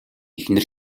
эхнэр